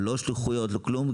לא שליחויות ולא כלום?